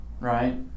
right